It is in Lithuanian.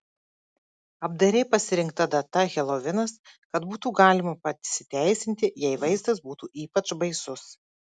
apdairiai pasirinkta data helovinas kad būtų galima pasiteisinti jei vaizdas būtų ypač baisus